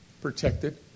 protected